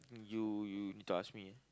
you you need to ask me